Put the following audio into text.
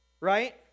right